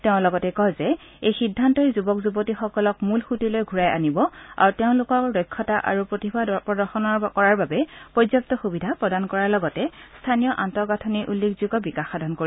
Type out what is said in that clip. তেওঁ লগতে কয় যে এই সিদ্ধান্তই যুৱক যুৱতীসকলক মূল সুঁতিলৈ ঘূৰাই আনিব আৰু তেওঁলোকৰ দক্ষতা আৰু প্ৰতিভা প্ৰদৰ্শন কৰাৰ বাবে পৰ্যাপু সুবিধা প্ৰদান কৰাৰ লগতে স্খনীয় আন্তঃগাঁথনিৰ উল্লেখযোগ্য বিকাশ সাধন কৰিব